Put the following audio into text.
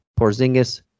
Porzingis